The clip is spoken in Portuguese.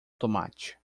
tomate